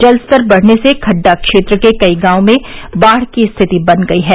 जलस्तर बढ़ने से खड्डा क्षेत्र के कई गांवों में बाढ़ की स्थिति बन गई है